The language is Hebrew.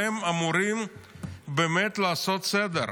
והם אמורים לעשות סדר.